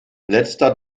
letzter